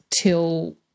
till